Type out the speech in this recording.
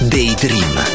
Daydream